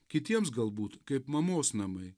kitiems galbūt kaip mamos namai